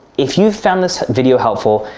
if you found this video helpful,